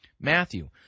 Matthew